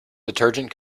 detergent